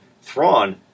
Thrawn